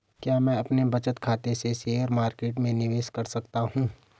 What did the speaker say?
क्या मैं अपने बचत खाते से शेयर मार्केट में निवेश कर सकता हूँ?